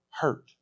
hurt